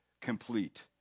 complete